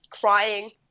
crying